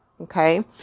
okay